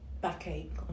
backache